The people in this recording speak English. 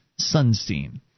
Sunstein